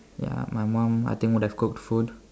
ya my mum I think would have cooked food